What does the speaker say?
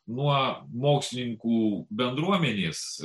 nuo mokslininkų bendruomenės